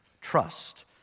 trust